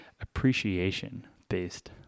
appreciation-based